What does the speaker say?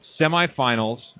semifinals